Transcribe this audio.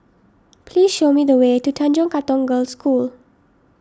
please show me the way to Tanjong Katong Girls' School